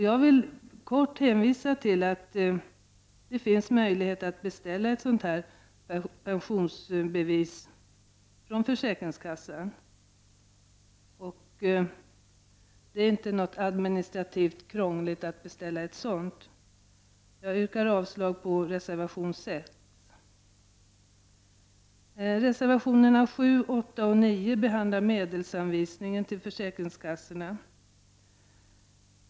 Jag vill kort hänvisa till att det finns möjlighet att beställa ett sådant pensionsbevis från försäkringskassan, och det är inte administrativt krångligt att göra det. Jag yrkar avslag på reservation 6. Reservationerna 7, 8 och 9 handlar om medelsanvisningen till försäkringskassorna.